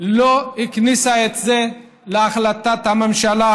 לא הכניסה את זה להחלטת הממשלה,